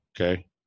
okay